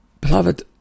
Beloved